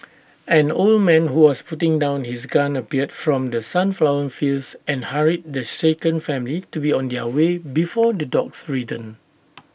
an old man who was putting down his gun appeared from the sunflower fields and hurried the shaken family to be on their way before the dogs return